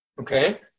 Okay